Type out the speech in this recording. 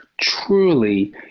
truly